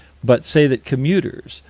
but say that commuters,